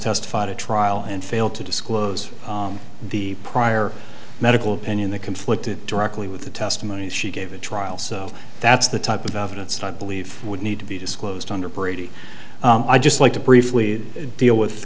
testified at trial and failed to disclose the prior medical opinion that conflicted directly with the testimony she gave the trial so that's the type of evidence not believe would need to be disclosed under brady i just like to briefly deal with